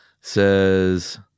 says